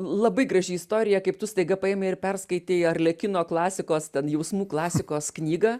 labai graži istorija kaip tu staiga paėmei ir perskaitei arlekino klasikos ten jausmų klasikos knygą